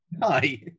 Hi